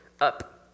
up